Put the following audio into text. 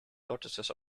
tortoises